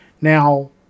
Now